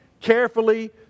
carefully